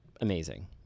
amazing